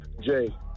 Jay